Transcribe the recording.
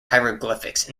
hieroglyphics